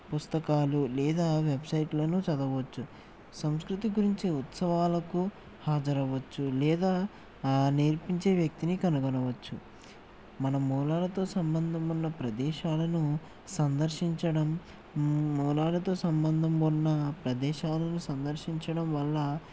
పుస్తకాలు లేదా వెబ్సైట్లను చదవచ్చు సంస్కృతి గురించి ఉత్సవాలకు హాజరవ్వచ్చు లేదా ఆ నేర్పించే వ్యక్తిని కనుగొనవచ్చు మనం మూలాలతో సంబంధం ఉన్న ప్రదేశాలను సందర్శించడం మూలాలతో సంబంధం ఉన్న ప్రదేశాలను సందర్శించడం వల్ల